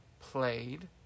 played